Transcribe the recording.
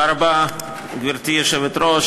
גברתי היושבת-ראש,